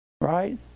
Right